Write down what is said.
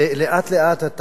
ולאט לאט,